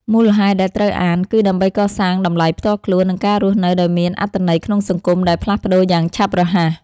មូលហេតុដែលត្រូវអាន គឺដើម្បីកសាងតម្លៃផ្ទាល់ខ្លួន និងការរស់នៅដោយមានអត្ថន័យក្នុងសង្គមដែលផ្លាស់ប្តូរយ៉ាងឆាប់រហ័ស។